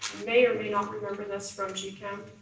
may or may not remember this from g chem.